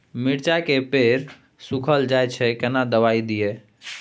मिर्चाय के पेड़ सुखल जाय छै केना दवाई दियै?